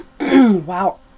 Wow